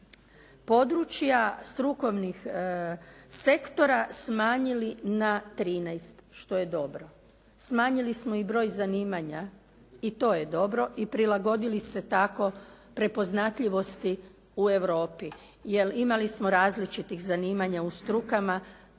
područja strukovnih sektora smanjili na 13 što je dobro. Smanjili smo i broj zanimanja i to je dobro i prilagodili se tako prepoznatljivosti u Europi jer imali smo različitih zanimanja u strukama.